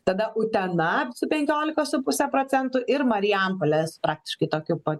tada utena su penkiolika su puse procentų ir marijampolės praktiškai tokiu pat